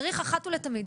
צריך אחת ולתמיד,